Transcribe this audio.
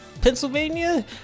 Pennsylvania